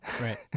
Right